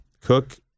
cook